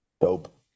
Dope